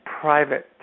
private